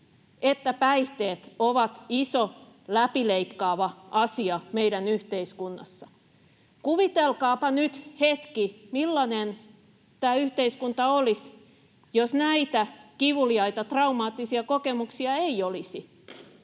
että päihteet ovat iso, läpileikkaava asia meidän yhteiskunnassa. Kuvitelkaapa nyt hetki, millainen tämä yhteiskunta olisi, jos näitä kivuliaita, traumaattisia kokemuksia ei olisi.